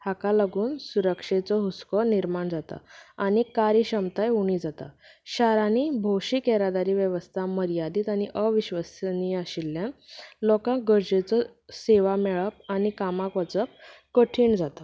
हाका लागून सुरक्षेचो हुस्को निर्माण जाता आनी कार्यक्षमताय उणी जाता शारांनी भौशिक येरादारी वेवस्था मर्यादीत आनी अविश्वसनीय आशिल्ल्यान लोकांक गरजेची सेवा मेळप आनी कामाक वचप कठीण जाता